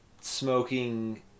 smoking